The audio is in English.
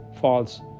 falls